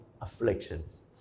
afflictions